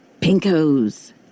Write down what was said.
Pinkos